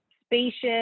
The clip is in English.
spacious